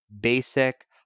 basic